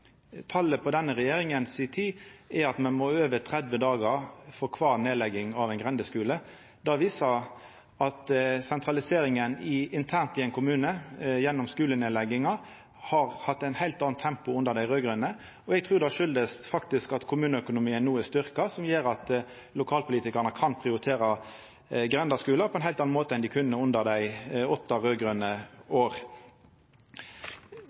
Talet for denne regjeringstida er at me må over tretti dagar for kvar nedlegging av ein grendeskule. Det viser at sentralisering internt i ein kommune gjennom skulenedlegging har hatt eit heilt anna tempo under dei raud-grøne. Eg trur det faktisk kjem av at kommuneøkonomien no er styrkt, som gjer at lokalpolitikarane kan prioritera grendeskular på ein heilt annan måte enn dei kunne under dei åtte